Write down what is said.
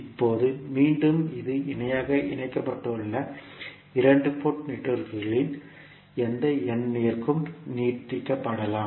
இப்போது மீண்டும் இது இணையாக இணைக்கப்பட்டுள்ள இரண்டு போர்ட் நெட்வொர்க்குகளின் எந்த n எண்ணிற்கும் நீட்டிக்கப்படலாம்